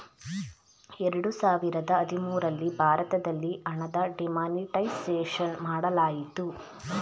ಎರಡು ಸಾವಿರದ ಹದಿಮೂರಲ್ಲಿ ಭಾರತದಲ್ಲಿ ಹಣದ ಡಿಮಾನಿಟೈಸೇಷನ್ ಮಾಡಲಾಯಿತು